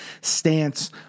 stance